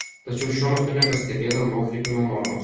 tačiau šiuo metu nepastebėta nuokrypių nuo normos